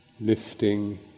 lifting